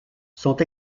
sont